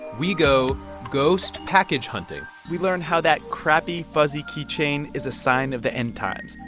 we go ghost-package hunting we learn how that crappy, fuzzy keychain is a sign of the end times,